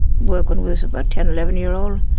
work when we were about ten, eleven year old.